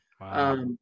Wow